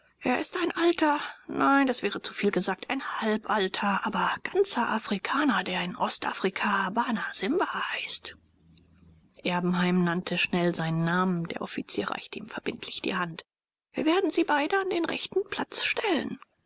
er ist ein alter nein das wäre zuviel gesagt ein halbalter aber ganzer afrikaner der in ostafrika bana simba heißt erbenheim nannte schnell seinen namen der offizier reichte ihm verbindlich die hand wir werden sie beide an den rechten platz stellen